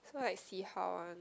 so like see how one